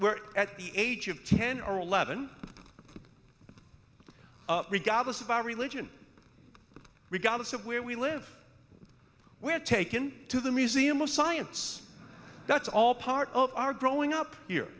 we're at the age of ten or eleven but regardless of our religion regardless of where we live we are taken to the museum of science that's all part of our growing up here